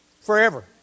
forever